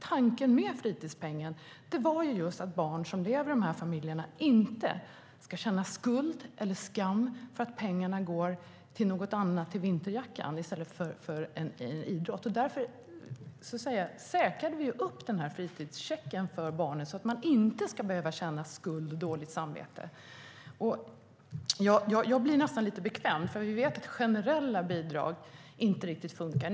Tanken med fritidspengen var just att barn som lever i dessa familjer inte ska känna skuld eller skam för att pengarna går till någonting annat, till exempel vinterjackan, i stället för en idrottsaktivitet. Därför säkrade vi upp denna fritidscheck för barnen, så att de inte ska behöva känna skuld och dåligt samvete. Jag blir nästan lite beklämd. Vi vet nämligen att generella bidrag inte riktigt funkar.